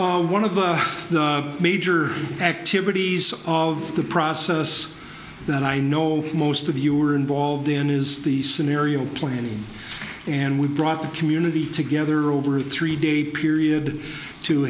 negotiate one of the major activities of the process that i know most of you are involved in is the scenario planning and we brought the community together over a three day period to